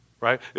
right